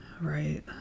Right